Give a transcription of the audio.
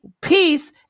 peace